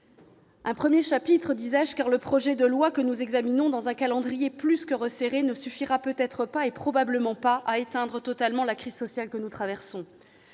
d'un premier chapitre, car le projet de loi que nous examinons dans un calendrier plus que resserré ne suffira probablement pas à éteindre totalement la crise sociale que nous traversons.